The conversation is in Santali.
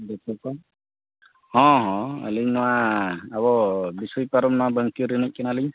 ᱫᱚᱛᱚ ᱠᱚ ᱦᱚᱸ ᱦᱚᱸ ᱟᱹᱞᱤᱧ ᱱᱚᱣᱟ ᱟᱵᱚ ᱵᱤᱥᱩᱭ ᱯᱟᱨᱚᱢ ᱢᱟ ᱵᱟᱹᱝᱠᱤ ᱨᱮᱱᱤᱡ ᱠᱟᱱᱟᱞᱤᱧ